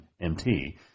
MT